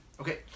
Okay